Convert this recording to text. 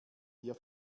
hier